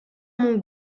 mon